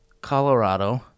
Colorado